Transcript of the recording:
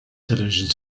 television